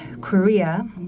Korea